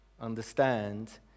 understand